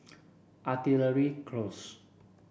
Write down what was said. Artillery Close